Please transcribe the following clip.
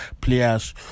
players